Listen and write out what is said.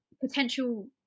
potential